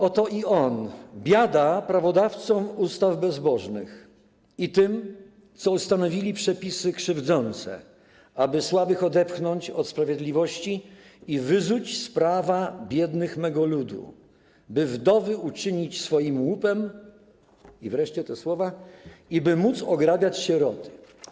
Oto on: „Biada prawodawcom ustaw bezbożnych i tym, co ustanowili przepisy krzywdzące, aby słabych odepchnąć od sprawiedliwości i wyzuć z prawa biednych mego ludu; by wdowy uczynić swoim łupem - i wreszcie te słowa - i by móc ograbiać sieroty”